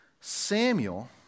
Samuel